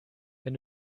wenn